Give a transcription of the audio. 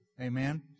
Amen